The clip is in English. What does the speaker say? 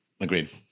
Agreed